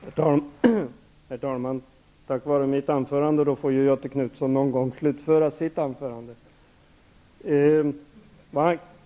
Herr talman! Tack vare mitt anförande får Göthe Knutson tillfälle att slutföra sitt anförande.